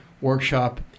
workshop